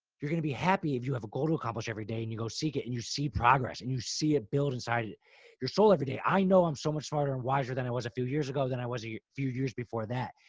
you're going to be happy. if you have a goal to accomplish every day and you go seek it and you see progress and you see it build inside your soul every day, i know i'm so much smarter and wiser than i was a few years ago than i was a few years before that.